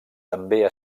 també